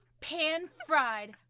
pan-fried